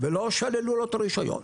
ולא שללו לו את הרישיון.